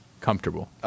Comfortable